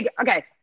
Okay